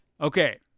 Okay